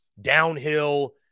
downhill